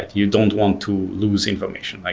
you don't want to lose information. like